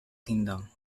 kingdom